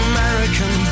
American